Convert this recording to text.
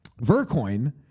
VerCoin